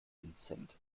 vincent